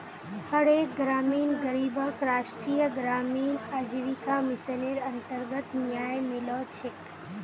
हर एक ग्रामीण गरीबक राष्ट्रीय ग्रामीण आजीविका मिशनेर अन्तर्गत न्याय मिलो छेक